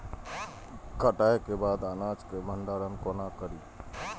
कटाई के बाद अनाज के भंडारण कोना करी?